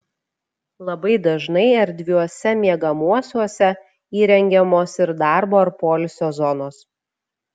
labai dažnai erdviuose miegamuosiuose įrengiamos ir darbo ar poilsio zonos